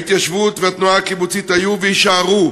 ההתיישבות והתנועה הקיבוצית היו ויישארו